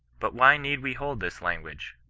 but why need we hold this language?